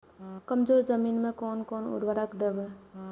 कमजोर जमीन में कोन कोन उर्वरक देब?